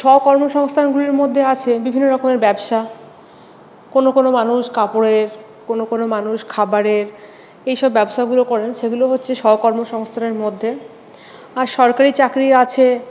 স্বকর্মসংস্থানগুলির মধ্যে আছে বিভিন্ন রকমের ব্যবসা কোনো কোনো মানুষ কাপড়ের কোনো কোনো মানুষ খাবারের এইসব ব্যবসাগুলো করেন সেগুলো হচ্ছে স্বকর্মসংস্থানের মধ্যে আর সরকারি চাকরি আছে